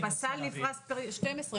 זה בסל נפרס פר 12,